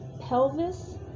pelvis